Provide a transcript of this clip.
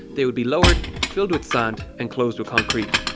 they would be lowered, filled with sand and closed with concrete.